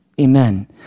Amen